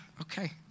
okay